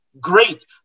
Great